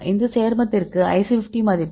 இந்த சேர்மத்திற்கு IC50 மதிப்பு 12